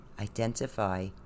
Identify